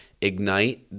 ignite